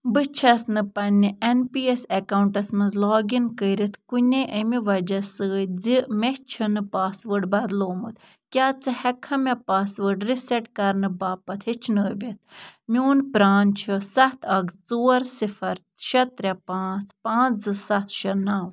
بہٕ چھیٚس نہٕ پننہِ ایٚن پی ایٚس ایٚکاونٛٹس منٛز لاگ ان کٔرتھ کُنے اَمہِ وجہ سۭتۍ زِ مےٚ چھُنہٕ پاس وٲرڈ بدلومُت کیٛاہ ژٕ ہیٚکہٕ کھا مےٚ پاس وٲرڈ رِسیٚٹ کرنہٕ پابتھ ہیٚچھنٲیِتھ میٛون پرٛان چھُ سَتھ اَکھ ژور صِفَر شےٚ ترٛےٚ پانٛژھ پانٛژھ زٕ سَتھ شےٚ نَو